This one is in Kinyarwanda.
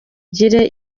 gihe